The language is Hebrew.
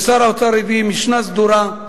ששר האוצר הביא משנה סדורה.